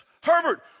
Herbert